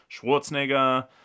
Schwarzenegger